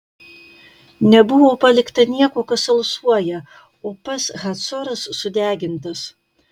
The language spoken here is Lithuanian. nebuvo palikta nieko kas alsuoja o pats hacoras sudegintas